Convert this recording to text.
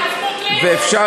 ואפשר,